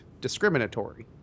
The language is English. discriminatory